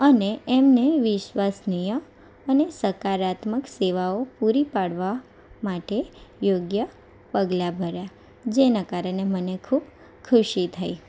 અને અમને વિશ્વસનીય અને સકારાત્મક સેવાઓ પૂરી પાડવા માટે યોગ્ય પગલાં ભર્યાં જેના કારણે મને ખૂબ ખુશી થઈ